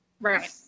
right